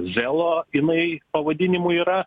zelo jinai pavadinimu yra